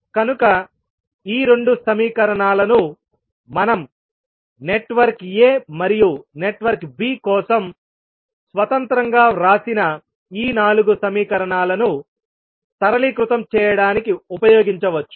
కనుక ఈ రెండు సమీకరణాలను మనం నెట్వర్క్ a మరియు నెట్వర్క్ b కోసం స్వతంత్రంగా వ్రాసిన ఈ నాలుగు సమీకరణాలను సరళీకృతం చేయడానికి ఉపయోగించవచ్చు